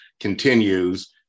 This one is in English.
continues